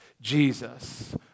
Jesus